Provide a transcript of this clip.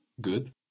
good